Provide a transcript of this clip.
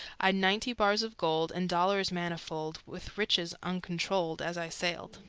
i'd ninety bars of gold, and dollars manifold, with riches uncontrolled, as i sailed.